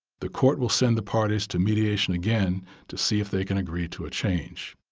the court will send the parties to mediation again to see if they can agree to a change.